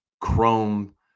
chrome